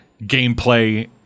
gameplay